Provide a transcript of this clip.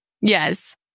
Yes